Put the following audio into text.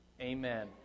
Amen